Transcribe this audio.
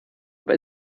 weil